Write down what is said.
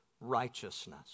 righteousness